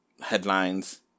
headlines